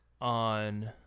on